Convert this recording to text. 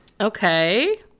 Okay